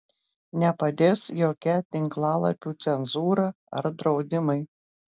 nepadės jokia tinklalapių cenzūra ar draudimai